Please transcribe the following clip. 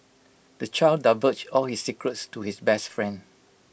the child divulged all his secrets to his best friend